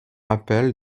appel